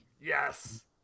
Yes